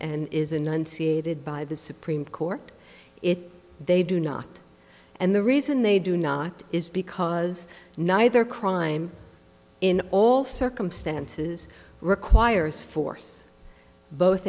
seated by the supreme court if they do not and the reason they do not is because neither crime in all circumstances requires force both